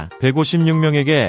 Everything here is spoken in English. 156명에게